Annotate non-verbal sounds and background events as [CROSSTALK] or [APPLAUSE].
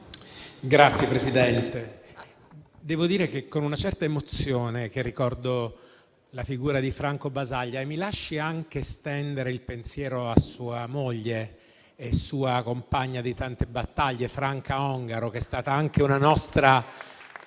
Signor Presidente, è con una certa emozione che ricordo la figura di Franco Basaglia e mi lasci anche estendere il pensiero a sua moglie e sua compagna di tante battaglie, Franca Ongaro, [APPLAUSE] che è stata anche una nostra